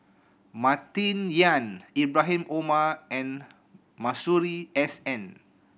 Martin Yan Ibrahim Omar and Masuri S N